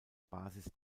basis